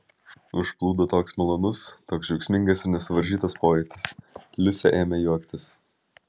užplūdo toks malonus toks džiaugsmingas ir nesuvaržytas pojūtis liusė ėmė juoktis